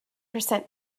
percent